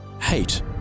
Hate